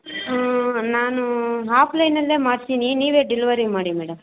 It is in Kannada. ನಾನು ಆಫ್ಲೈನಲ್ಲೇ ಮಾಡ್ತೀನಿ ನೀವೇ ಡೆಲಿವರಿ ಮಾಡಿ ಮೇಡಮ್